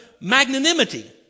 magnanimity